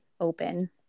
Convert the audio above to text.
open